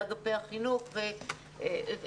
באגפי החינוך ובמחוזות.